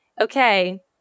okay